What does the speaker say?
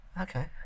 Okay